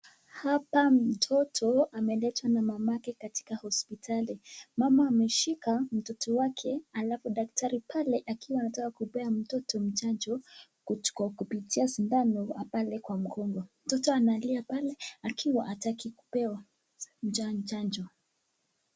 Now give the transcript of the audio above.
Hapa mtoto ameletwa na mamake katika hospitali. Mama ameshika mtoto wake alafu daktari pale akiwa anataka kumpea mtoto chanjo kwa kupitia sindano pale kwa mkongo. Mtoto analia pale akiwa hataki kupewa chanjo.